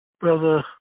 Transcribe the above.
Brother